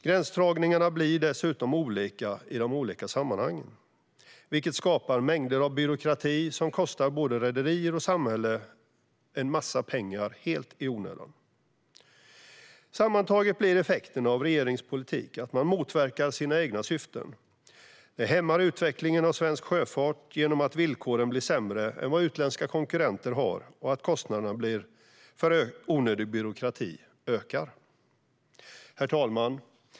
Gränsdragningarna blir dessutom olika i de olika sammanhangen, vilket skapar mängder av byråkrati som kostar både rederier och samhälle en massa pengar helt i onödan. Sammantaget blir effekterna av regeringens politik att man motverkar sina egna syften. Det hämmar utvecklingen av svensk sjöfart genom att villkoren blir sämre än vad utländska konkurrenter har och att kostnaderna för onödig byråkrati ökar. Herr talman!